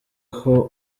uko